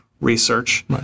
research